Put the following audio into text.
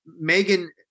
Megan